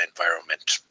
environment